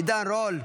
עידן רול,